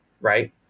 right